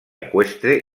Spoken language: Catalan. eqüestre